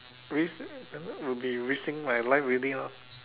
risk will be risking my life already ah